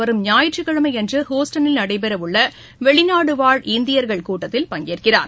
வரும் ஞாயிற்றுக்கிழமை அன்று ஹூஸ்டனில் நடைபெறவுள்ள வெளிநாடுவாழ் அவர் இந்தியர்கள் கூட்டத்தில் பங்கேற்கிறார்